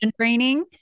training